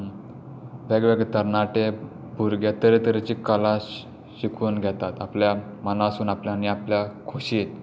वेगवेगळे तरणाटे भुरगे तरतरेची कला शिकून घेतात आपल्या मनासून आपल्या नी आपल्या खोशयेन